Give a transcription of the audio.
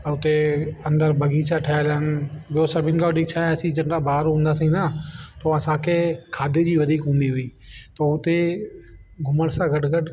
अ उते अंदर बगीचा ठहियल आहिनि ॿियो सभिनि खां वॾी छा आहे असीं चङा ॿार हूंदासीं न पोइ असां खे खाधे जी वधीक हूंदी हुई त उते घुमण सां गॾु गॾु